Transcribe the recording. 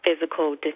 physical